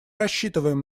рассчитываем